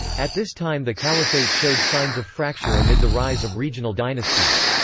at this time the caliphate showed signs of fracture amid the rise of regional dynasties.